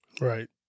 right